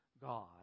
god